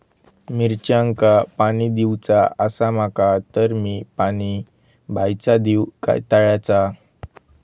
मिरचांका पाणी दिवचा आसा माका तर मी पाणी बायचा दिव काय तळ्याचा?